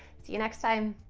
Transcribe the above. see you next time!